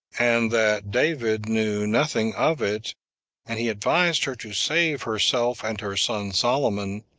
and that david knew nothing of it and he advised her to save herself and her son solomon,